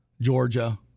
Georgia